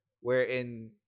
wherein